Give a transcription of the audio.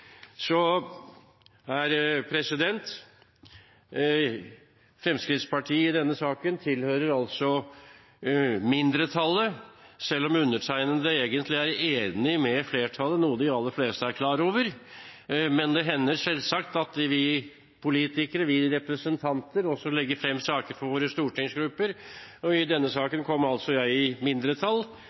i denne saken, selv om undertegnede egentlig er enig med flertallet, noe de aller fleste er klar over. Det hender selvsagt at vi politikere, vi representanter, også legger frem saker for våre stortingsgrupper, og i denne saken kom jeg i mindretall,